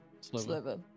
sliver